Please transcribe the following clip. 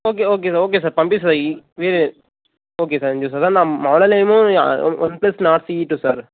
okay okay okay sir పంపిస్తాయి ఇవీ okay sir పంపిస్తా అదే నా మోడలేమో OnePlus Nord CE two sir